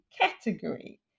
category